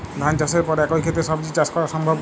ধান চাষের পর একই ক্ষেতে সবজি চাষ করা সম্ভব কি?